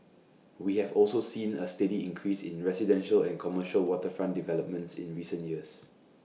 we have also seen A steady increase in residential and commercial waterfront developments in recent years